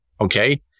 Okay